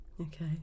okay